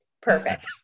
Perfect